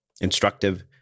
instructive